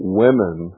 women